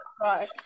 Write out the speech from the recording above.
right